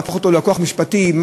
להפוך אותו ללקוח משפטי,